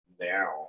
now